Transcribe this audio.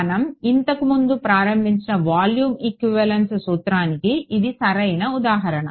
మనం ఇంతకు ముందు ప్రారంభించిన వాల్యూమ్ ఈక్వివలెన్స్ సూత్రానికి ఇది సరైన ఉదాహరణ